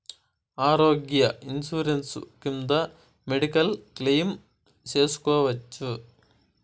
ఆరోగ్య ఇన్సూరెన్సు కింద medical claim సేసుకోవచ్చా?